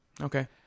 Okay